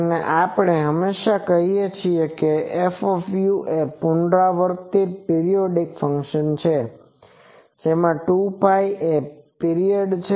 અને આપણે હંમેશાં કહીએ છીએ કે f એ પુનરાવર્તિત પીરીયોડીક ફંક્સન છે જેમાં 2Π એ પીરીયડ છે